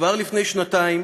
כבר לפני שנתיים